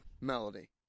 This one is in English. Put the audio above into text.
melody